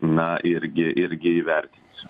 na irgi irgi įvertinsiu